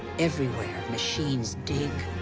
everywhere, machines dig,